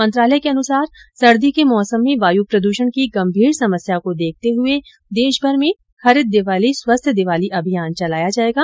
मंत्रालय के अनुसार सर्दी के मौसम में वायु प्रदूषण की गंभीर समस्या को देखते हुए देशभर में हरित दिवाली स्वस्थ दिवाली अभियान चलाया जायेगा